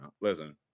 Listen